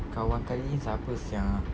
kawan kak yin siapa sia